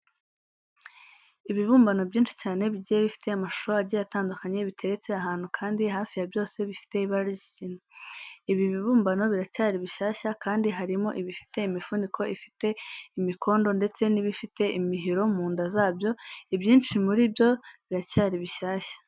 Ibibumbano byinshi cyane bigiye bifite amashusho agiye atandukanye, biteretse ahantu kandi hafi ya byose bifite ibara ry'ikigina. Ibi bibumbano biracyari bishyashya kandi harimo ibifite imifuniko ifite imikondo ndetse n'ibifite imihiro mu nda zabyo, ibyinshi muri byo biracyari bishyashya.